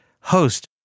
host